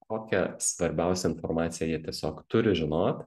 kokią svarbiausią informaciją jie tiesiog turi žinot